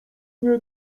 nie